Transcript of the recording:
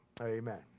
amen